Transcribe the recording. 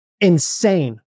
Insane